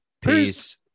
Peace